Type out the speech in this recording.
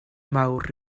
mawr